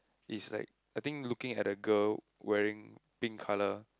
he's like I think looking at the girl wearing pink colour